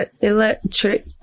electric